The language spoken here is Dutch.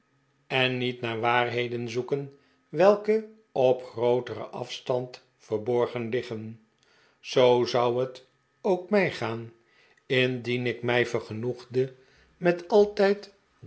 en niet naar waarheden zoeken welke op grooteren afstand verborgen liggen zoo zou het ook mij gaan indien ik mij vergenoegde met altijd